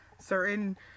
certain